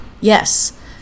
Yes